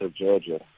Georgia